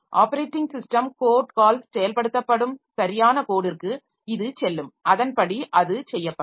operating system code calls செயல்படுத்தப்படும் சரியான கோடிற்கு இது செல்லும் அதன்படி அது செய்யப்படும்